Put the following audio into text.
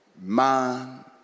man